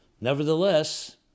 Nevertheless